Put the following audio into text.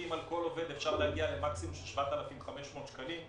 כי אם על כל עובד אפשר להגיע למקסימום של 7,500 שקלים,